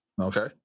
Okay